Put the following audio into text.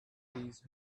these